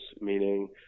meaning